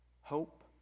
hope